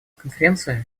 конференция